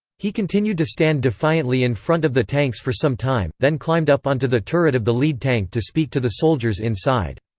he continued to stand defiantly in front of the tanks for some time, then climbed up onto the turret of the lead tank to speak to the soldiers inside.